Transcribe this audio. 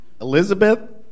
Elizabeth